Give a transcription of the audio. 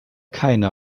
keine